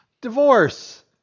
divorce